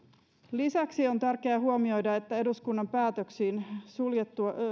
lisäksi on tärkeää huomioida että eduskunnan päätöksin suljettua